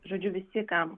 žodžiu visi kam